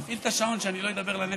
תפעיל את השעון, שאני לא אדבר לנצח.